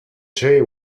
jay